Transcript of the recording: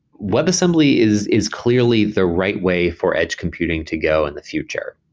webassembly is is clearly the right way for edge computing to go in the future.